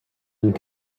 and